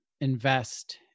invest